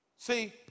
See